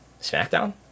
SmackDown